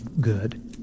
good